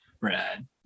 red